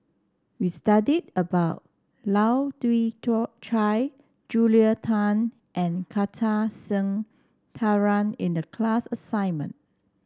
we studied about Lai Kew Chai Julia Tan and Kartar Singh Thakral in the class assignment